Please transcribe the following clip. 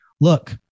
look